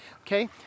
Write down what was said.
Okay